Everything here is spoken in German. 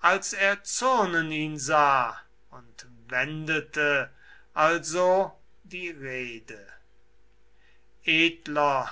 als er zürnen ihn sah und wendete also die rede edler